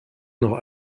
noch